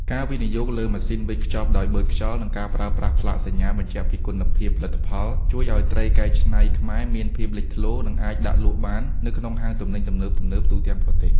ការវិនិយោគលើម៉ាស៊ីនវេចខ្ចប់ដោយបឺតខ្យល់ និងការប្រើប្រាស់ផ្លាកសញ្ញាបញ្ជាក់ពីគុណភាពផលិតផល ជួយឱ្យត្រីកែច្នៃខ្មែរមានភាពលេចធ្លោ និងអាចដាក់លក់បាននៅក្នុងហាងទំនិញទំនើបៗទូទាំងប្រទេស។